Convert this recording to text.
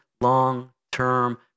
long-term